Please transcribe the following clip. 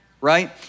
Right